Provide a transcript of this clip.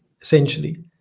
essentially